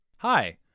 Hi